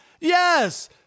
Yes